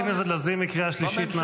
חברת הכנסת לזימי, קריאה שלישית.